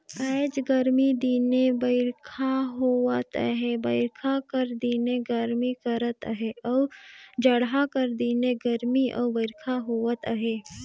आएज गरमी दिने बरिखा होवत अहे बरिखा कर दिने गरमी करत अहे अउ जड़हा कर दिने गरमी अउ बरिखा होवत अहे